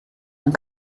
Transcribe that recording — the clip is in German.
dann